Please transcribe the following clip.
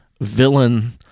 villain